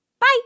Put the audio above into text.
bye